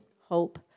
hope